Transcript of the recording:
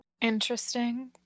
interesting